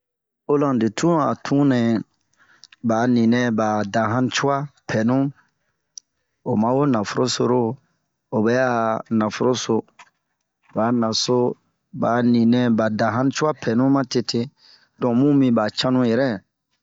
Olandi tun a tun nɛ ba'a ninɛ ba da hanucua pɛnu,o ma wo naforoso ro,a obɛ a naforo so, lo a naso, ba 'a ninɛ ba da hanucua pɛnu matete, donk bun miba canu yɛrɛ.